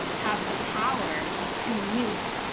have the power to mute,